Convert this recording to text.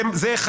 זה אחד.